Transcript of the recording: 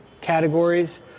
categories